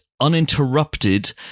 uninterrupted